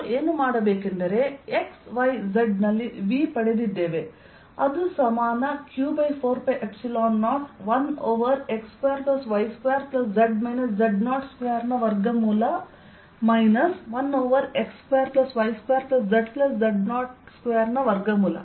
ನಾವು ಏನು ಮಾಡಬೇಕೆಂದರೆ ನಾವು x y z ನಲ್ಲಿ V ಪಡೆದಿದ್ದೇವೆ ಅದು ಸಮಾನ q4π0 1 ಓವರ್x2y2z z02 ನವರ್ಗಮೂಲ ಮೈನಸ್1 ಓವರ್ x2y2zz02ನ ವರ್ಗಮೂಲ